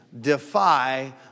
defy